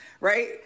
right